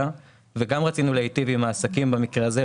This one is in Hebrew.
וגם רצינו להיטיב עם העסקים במקרה הזה,